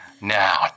Now